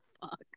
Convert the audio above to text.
fuck